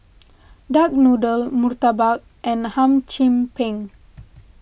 Duck Noodl Murtabak and Hum Chim Peng